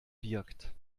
wirkt